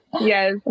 Yes